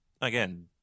again